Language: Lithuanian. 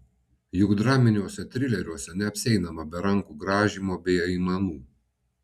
juk draminiuose trileriuose neapsieinama be rankų grąžymo bei aimanų